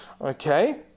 Okay